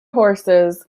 horses